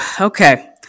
Okay